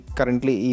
Currently